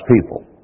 people